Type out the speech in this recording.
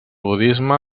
budisme